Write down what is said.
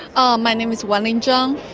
ah my name is wan-ling chang,